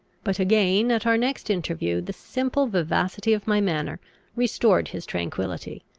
but again at our next interview the simple vivacity of my manner restored his tranquillity,